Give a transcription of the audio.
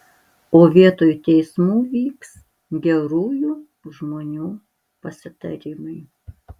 o vietoj teismų vyks gerųjų žmonių pasitarimai